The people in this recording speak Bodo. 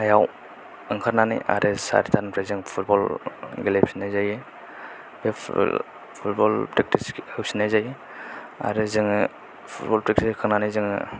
याव ओंखारनानै आरो सारिथानिफ्राय आरो फुटबल गेलेफिननाय जायो बे फुटबल फ्रेकथिस होफिननाय जायो आरो जोङो फुटबल फ्रेकथिस होखांनानै जोङो